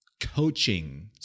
coaching